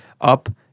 Up